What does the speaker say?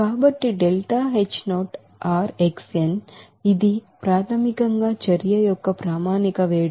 కాబట్టి ఇది ప్రాథమికంగా చర్య యొక్క ప్రామాణిక వేడి